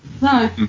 no